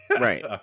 right